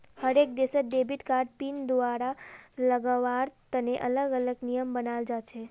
हर एक देशत debit card pin दुबारा लगावार तने अलग अलग नियम बनाल जा छे